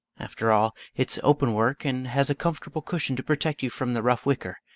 after all, it's open-work and has a comfortable cushion to protect you from the rough wicker.